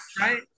Right